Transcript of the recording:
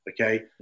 okay